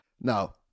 No